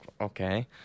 okay